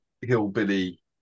hillbilly